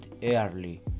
early